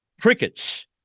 crickets